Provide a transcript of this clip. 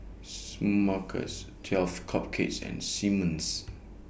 Smuckers twelve Cupcakes and Simmons